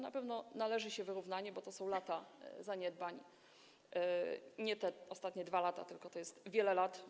Na pewno należy się wyrównanie, bo to są lata zaniedbań - nie te ostatnie 2 lata, tylko wiele lat.